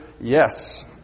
yes